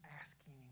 asking